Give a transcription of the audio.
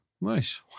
Nice